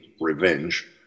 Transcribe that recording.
revenge